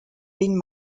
been